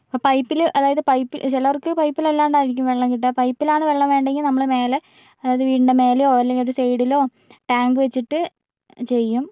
ഇപ്പോൾ പൈപ്പില് അതായത് ചിലർക്ക് പൈപ്പിൽ അല്ലാണ്ടായിരിക്കും വെള്ളം കിട്ടുക പൈപ്പിലാണ് വെള്ളം വേണ്ടെങ്കില് നമ്മൾ മേലെ അതായത് വീടിൻ്റെ മേലെയോ അല്ലെങ്കിൽ ഒരു സൈഡിലോ ടാങ്ക് വെച്ചിട്ടു ചെയ്യും